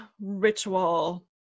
ritual